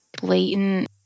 blatant